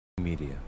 media